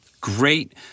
great